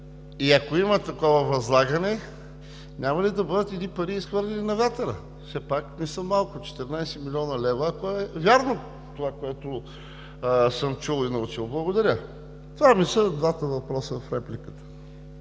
и ако има такова възлагане, няма ли да бъдат изхвърлени на вятъра едни пари? Все пак не са малко 14 млн. лв., ако е вярно това, което съм чул и научил. Благодаря. Това са ми двата въпроса в репликата.